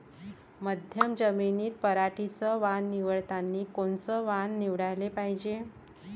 मध्यम जमीनीत पराटीचं वान निवडतानी कोनचं वान निवडाले पायजे?